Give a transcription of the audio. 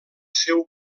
seu